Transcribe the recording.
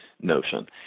notion